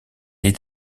est